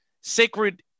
sacred